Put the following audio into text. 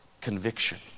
conviction